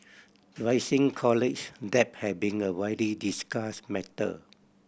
rising college debt has been a widely discussed matter